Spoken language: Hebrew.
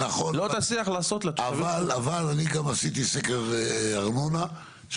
לא תצליח לעשות לתושבים שלך.